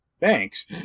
Thanks